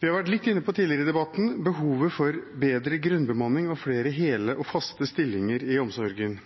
Vi har litt tidligere i debatten vært inne på behovet for bedre grunnbemanning og flere hele og faste stillinger i omsorgen.